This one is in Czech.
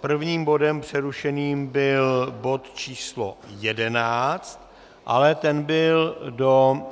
Prvním bodem přerušeným byl bod č. 11, ale ten byl do